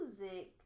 music